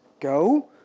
go